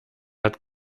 hat